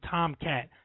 Tomcat